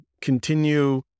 continue